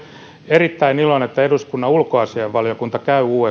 erittäin iloinen että eduskunnan ulkoasiainvaliokunta käy